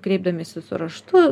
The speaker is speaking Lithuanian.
kreipdamiesi su raštu